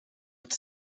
het